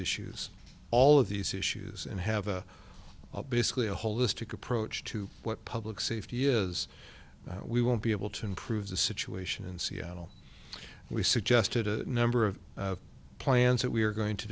issues all of these issues and have a basically a holistic approach to what public safety is we won't be able to improve the situation in seattle we suggested a number of plans that we are going to